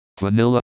vanilla